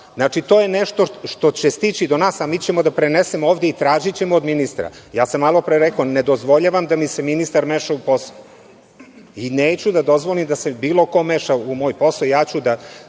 puta. To je nešto što će stići do nas, a mi ćemo da prenesemo ovde i tražićemo od ministra. Malo pre sam rekao, ne dozvoljavam da mi se ministar meša u posao i neću da dozvolim da mi se bilo ko meša u moj posao, ja ću da